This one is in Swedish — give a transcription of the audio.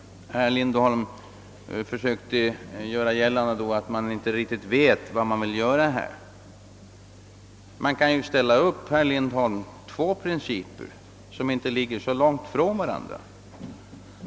Herr Lindholm försökte också göra gällande, att man över huvud taget inte riktigt vet vad man vill göra här. Jag kan, herr Lindholm, ställa upp två principer som inte ligger så långt ifrån varandra.